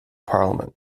parliament